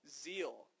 zeal